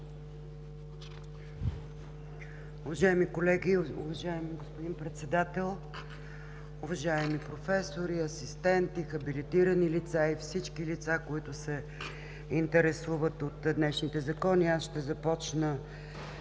Уважаеми колеги, уважаеми господин Председател, уважаеми професори, асистенти, хабилитирани лица и всички лица, които се интересуват от днешните закони! Аз ще започна